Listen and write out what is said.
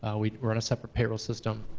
ah we're we're on a separate payroll system.